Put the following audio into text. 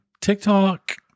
TikTok